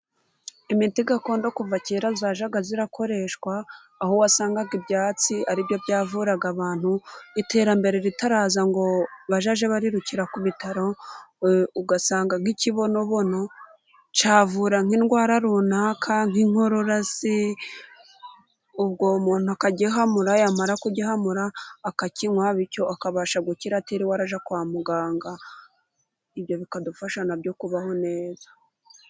Imiti gakondo kuva kera yajyaga ikoreshwa, aho wasangaga ibyatsi ari byo byavuraga abantu, iterambere ritaraza ngo bajye birukira ku bitaro, ugasanga nk'ikibonobono cyavura nk'indwara runaka nk'inkorora se, ubwo uwo muntu akagihamura yamara kugihamura akakinwa, bityo akabasha gukira atiriwe ajya kwa muganga, ibyo bikadufasha na byo kubaho neza.